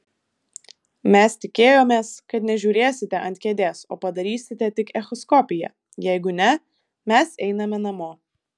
mes tikėjomės kad nežiūrėsite ant kėdės o padarysite tik echoskopiją jeigu ne mes einame namo